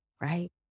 right